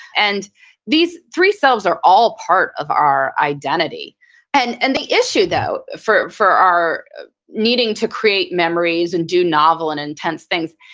and these three selves are all part of our identity and and the issue though for for our needing to create memories and do novel and intense things,